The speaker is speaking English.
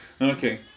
Okay